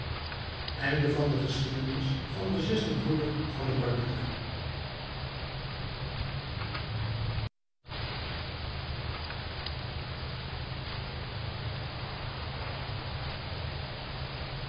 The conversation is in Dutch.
de geschiedenis v d tweeden broeder v d barbier